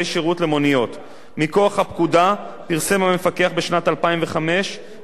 מכוח הפקודה פרסם המפקח בשנת 2005 רשימת קווי שירות למוניות,